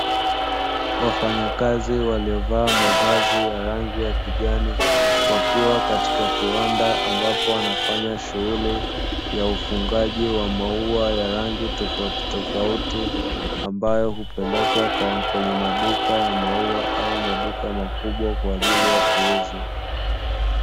Wafanya kazi waliovaa mavazi ya rangi ya kijani, wakiwa katika kiwanda wakifanya shughuli ya ufungaji wa maua ya aina na rangi tofautitofauti. Ambayo hupelekwa kwenye maduka ya maua au maduka makubwa kwa ajili ya kuuzwa.